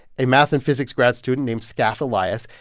a math and physics grad student named skaff elias.